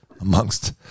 amongst